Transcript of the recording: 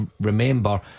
remember